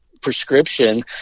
prescription